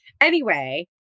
Anyway-